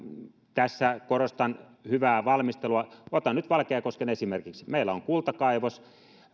tässä korostan hyvää valmistelua otan nyt valkeakosken esimerkiksi meillä on kultakaivos